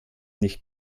nicht